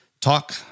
talk